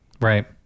right